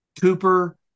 Cooper